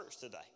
today